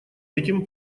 этим